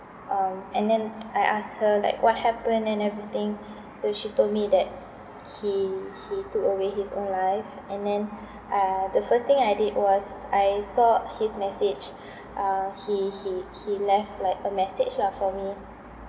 um and then I asked her like what happened and everything so she told me that he he took away his own life and then uh the first thing I did was I saw his message uh he he he left like a message lah for me